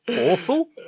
awful